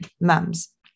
mums